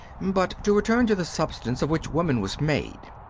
but to return to the substance of which woman was made.